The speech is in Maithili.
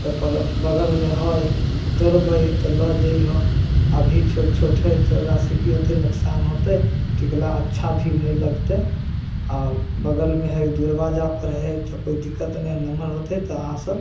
ताहिपर बगलमे हइ तोड़बै तऽ लऽ जइहऽ अभी छोट छोट हइ तोड़लासँ कि होतै नोकसान होतै टिकला अच्छा भी नहि लगतै आओर बगलमे हइ दरबाजापर हइ तऽ कोइ दिक्कत नहि नमहर होतै तऽ अहाँ सभ